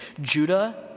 Judah